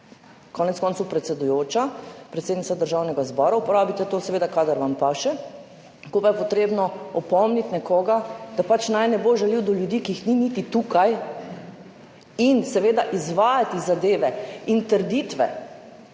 konec koncev predsedujoča, predsednica Državnega zbora. Uporabite to, seveda, kadar vam paše, ko pa je potrebno opomniti nekoga, da naj ne bo žaljiv do ljudi, ki jih niti ni tukaj, in seveda izvajati zadeve in trditve,